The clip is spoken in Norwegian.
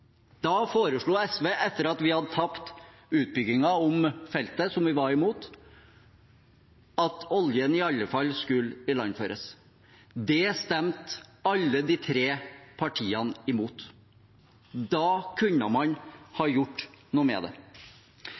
Da foreslo SV, etter at vi hadde tapt saken om utbyggingen av feltet, som vi var imot, at oljen i alle fall skulle ilandføres. Det stemte alle de tre partiene imot. Da kunne man ha gjort noe med det.